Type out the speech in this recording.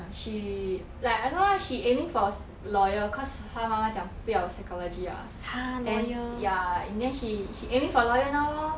she like I don't know what she aiming for lawyer cause 他妈妈讲不要 psychology ah then ya in the end she aiming for lawyer now lor